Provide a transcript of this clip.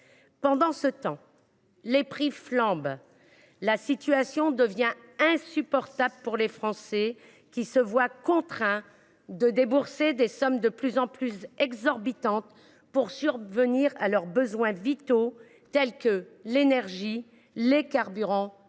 Pendant ce temps, les prix flambent et la situation devient insupportable pour des Français, qui se voient contraints de débourser des sommes de plus en plus exorbitantes pour subvenir à leurs besoins vitaux, tels que l’énergie, les carburants